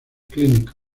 clínicos